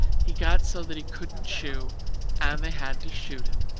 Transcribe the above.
he got so that he couldn't chew and they had to shoot him.